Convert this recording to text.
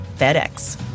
FedEx